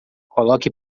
coloque